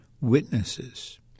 witnesses